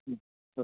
હમ્મ